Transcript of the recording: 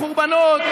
חורבנות.